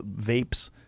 vapes